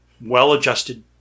well-adjusted